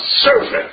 servant